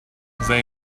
they